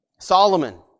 Solomon